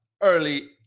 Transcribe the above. early